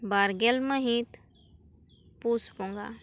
ᱵᱟᱨᱜᱮᱞ ᱢᱟᱹᱦᱤᱛ ᱯᱩᱥ ᱵᱚᱸᱜᱟ